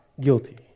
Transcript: guilty